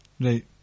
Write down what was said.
Right